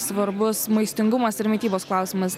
svarbus maistingumas ir mitybos klausimas